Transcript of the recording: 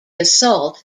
assault